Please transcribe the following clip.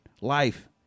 life